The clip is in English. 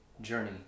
journey